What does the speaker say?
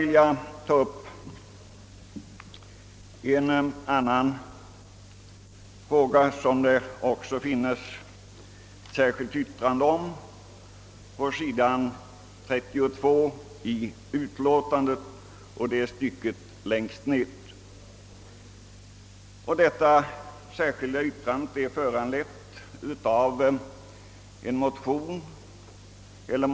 På s. 32 i statsutskottets utlåtande finns ett särskilt yttrande som föranletts av bland annat en motion för vilken herr Källstad är huvudmotionär.